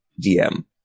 DM